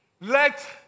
Let